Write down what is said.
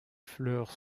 fleurs